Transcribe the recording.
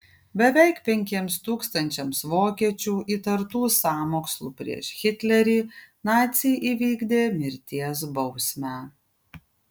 beveik penkiems tūkstančiams vokiečių įtartų sąmokslu prieš hitlerį naciai įvykdė mirties bausmę